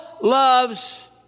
loves